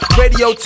radio